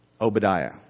Obadiah